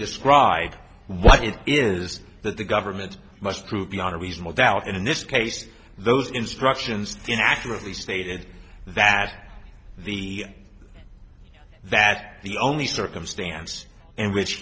describe what it is that the government must prove beyond a reasonable doubt in this case those instructions thin accurately stated that the that the only circumstance in which